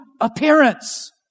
appearance